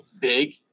big